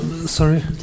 Sorry